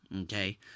okay